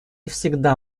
всегда